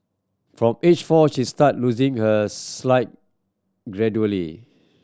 from age four she start losing her slight gradually